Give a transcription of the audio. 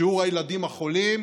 שיעור הילדים החולים,